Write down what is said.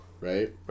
right